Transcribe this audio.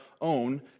own